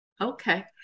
Okay